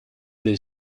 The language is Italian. del